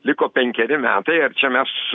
liko penkeri metai ar čia mes